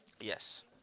Yes